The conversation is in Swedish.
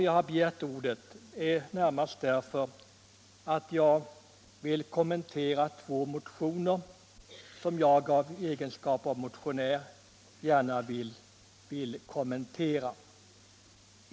Jag har närmast begärt ordet för att kommentera två motioner som jag har varit med om att väcka.